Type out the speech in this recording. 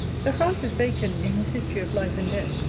sir francis bacon, in his history of life and death,